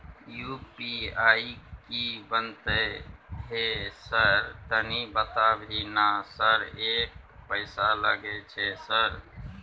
UPI की बनते है सर तनी बता भी ना सर एक पैसा लागे छै सर?